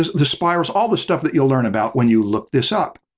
the spirals, all the stuff that you'll learn about when you look this up.